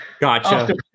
Gotcha